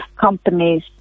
companies